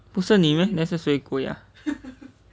不是你 meh then 是谁鬼啊